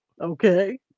okay